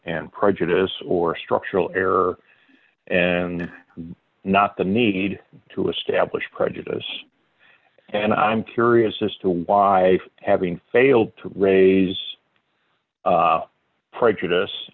and prejudice or structural error and not the need to establish prejudice and i'm curious as to why having failed to raise prejudice